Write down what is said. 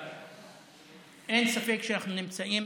אין ספק שאנחנו נמצאים